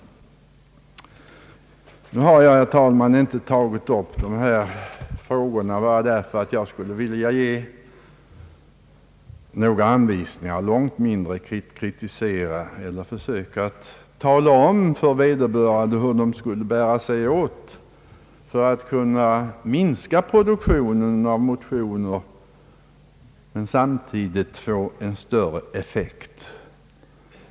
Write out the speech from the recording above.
Nu har jag, herr talman, inte tagit upp dessa frågor bara för att ge några anvisningar, långt mindre för att kritisera eller för att försöka tala om för vederbörande hur de skall bära sig åt för att kunna minska produktionen av motioner men samtidigt få en större effekt.